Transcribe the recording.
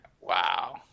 Wow